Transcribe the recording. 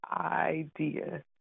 idea